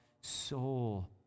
soul